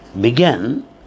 began